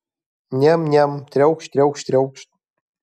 niam niam triaukšt triaukšt triaukšt